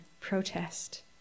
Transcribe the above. protest